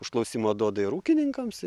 užklausimą duoda ir ūkininkams